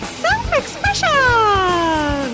self-expression